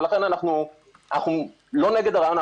אנחנו לא נגד הרעיון,